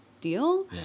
deal